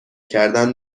کردن